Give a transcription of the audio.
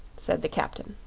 said the captain.